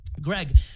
Greg